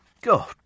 God